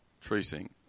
tracing